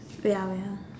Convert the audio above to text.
wait ah wait ah